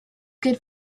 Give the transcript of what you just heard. good